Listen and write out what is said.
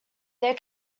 there